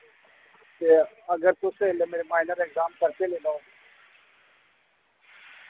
ते अगर तुस एलै मेरे माइनर एग्जाम परतियै लेई लाओ